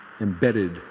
embedded